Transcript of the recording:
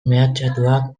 mehatxatuak